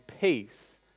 peace